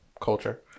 culture